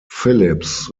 phillips